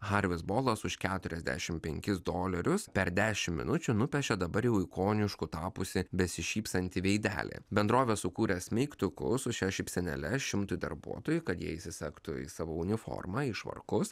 harvis bolas už keturiasdešimt penkis dolerius per dešimt minučių nupešė dabar jau ikonišku tapusį besišypsantį veidelį bendrovė sukūrė smeigtukus už šias šypsenėles šimtui darbuotojų kad jie įsisegtų į savo uniformą į švarkus